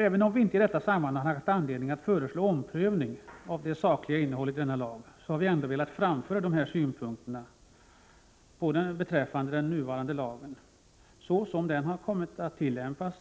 Även om vi inte i detta sammanhang har haft anledning att föreslå omprövning av det sakliga innehållet i denna lag, har jag ändå velat framföra våra synpunkter. Den nuvarande lagen är, såsom den tillämpas,